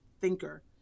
thinker